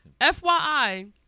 FYI